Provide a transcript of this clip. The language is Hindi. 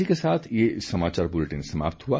इसी के साथ ये समाचार बुलेटिन समाप्त हुआ